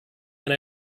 and